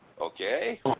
Okay